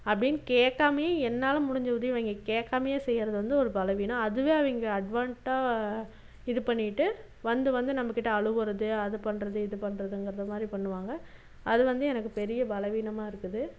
அப்டின்னு கேட்காமையே என்னால் முடிஞ்ச உதவி அவங்க கேட்காமையே செய்யறது வந்து ஒரு பலவீனம் அதுவே அவங்க அட்வான்ட்டாக இது பண்ணிவிட்டு வந்து வந்து நம்பக்கிட்ட அழுவது அது பண்ணுறது இது பண்ணுறதுங்கிறது மாதிரி பண்ணுவாங்க அது வந்து எனக்கு பெரிய பலவீனமாக இருக்குது